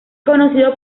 conocido